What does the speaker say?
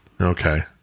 Okay